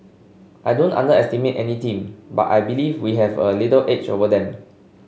I don't underestimate any team but I believe we have a little edge over them